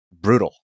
brutal